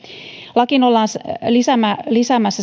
lakiin ollaan lisäämässä lisäämässä